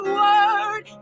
word